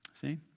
See